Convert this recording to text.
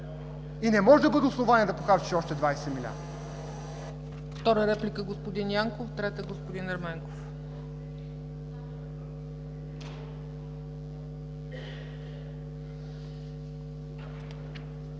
и не може да бъде основание да похарчиш още 20 милиарда.